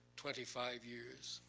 twenty five years.